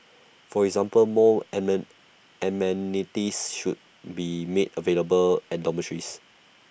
for example more amen amenities should be made available at dormitories